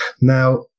now